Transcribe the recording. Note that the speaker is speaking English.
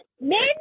Men